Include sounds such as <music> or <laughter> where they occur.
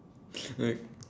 <noise>